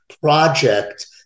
project